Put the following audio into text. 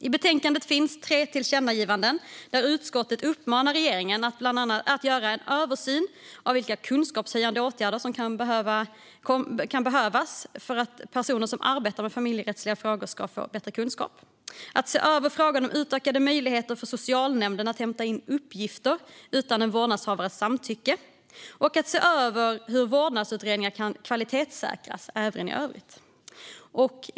I betänkandet finns tre tillkännagivanden där utskottet uppmanar regeringen att göra en översyn av vilka kunskapshöjande åtgärder som kan behövas för att personer som arbetar med familjerättsliga frågor ska få bättre kunskap se över frågan om utökade möjligheter för socialnämnden att hämta in uppgifter utan en vårdnadshavares samtycke se över hur vårdnadsutredningar kan kvalitetssäkras även i övrigt.